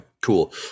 Cool